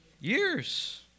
Years